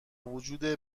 وجود